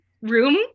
room